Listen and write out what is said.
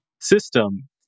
system